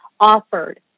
offered